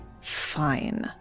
Fine